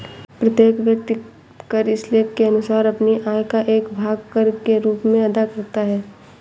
प्रत्येक व्यक्ति कर स्लैब के अनुसार अपनी आय का एक भाग कर के रूप में अदा करता है